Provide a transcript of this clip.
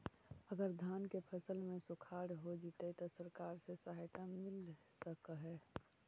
अगर धान के फ़सल में सुखाड़ होजितै त सरकार से सहायता मिल सके हे?